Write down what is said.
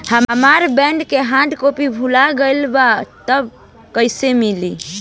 हमार बॉन्ड के hard copy भुला गएलबा त कैसे मिली?